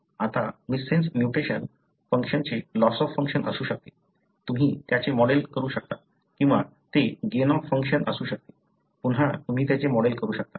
आता missense mutation फंक्शनचे loss of function असू शकते तुम्ही त्याचे मॉडेल करू शकता किंवा ते गेन ऑफ फंक्शन असू शकते पुन्हा तुम्ही त्याचे मॉडेल करू शकता